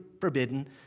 forbidden